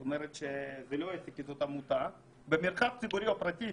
זה לא עסק כי זו עמותה - במרחב ציבורי או פרטי.